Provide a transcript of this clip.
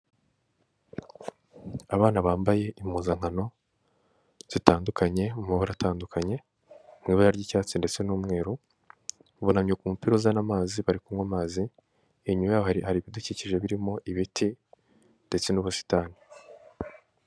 Abana bambaye impuzankano zitandukanye mu bara atandukanye mu ibara ry'icyatsi ndetse n'umweru, bunamye ku mupira uzana amazi bari kunywa amazi inyuma yaho hari hari ibidukikije birimo ibiti ndetse n'ubusitani.